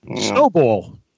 Snowball